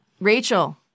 Rachel